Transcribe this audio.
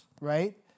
right